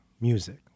music